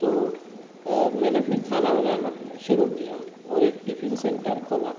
तो मैंने फ़िर खाना बनाना शुरू किया और एक टिफ़िन सेंटर खोला